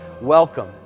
welcome